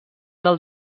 del